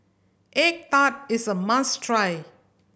egg tart is a must try